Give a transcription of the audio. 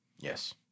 Yes